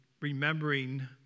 remembering